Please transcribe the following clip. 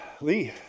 Lee